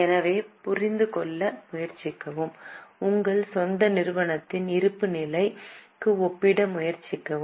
எனவே புரிந்து கொள்ள முயற்சிக்கவும் உங்கள் சொந்த நிறுவனத்தின் இருப்புநிலைக்கு ஒப்பிட முயற்சிக்கவும்